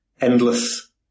endless